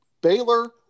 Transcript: Baylor